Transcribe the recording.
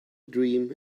dream